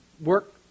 work